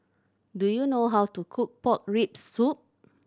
do you know how to cook pork rib soup